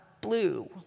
blue